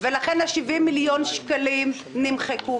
ולכן ה-70 מיליון שקלים נמחקו.